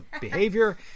behavior